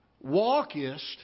walkest